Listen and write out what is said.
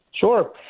Sure